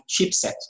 chipset